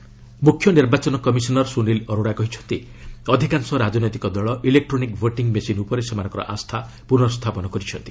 CEC EVM ମୁଖ୍ୟ ନିର୍ବାଚନ commissioner Sunil Arora କହିଛନ୍ତି ଅଧିକାଂଶ ରାଜନୈତିକ ଦଳ ଇଲେକ୍ରୋନିକ୍ ଭୋଟିଂ ମେସିନ୍ ଉପରେ ସେମାନଙ୍କର ଆସ୍ଥା ପୁର୍ନସ୍ଥାପନ କରିଛନ୍ତି